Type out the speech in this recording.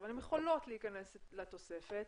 איך מגנים על הפרטיות,